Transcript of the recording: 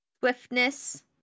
Swiftness